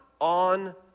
on